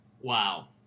Wow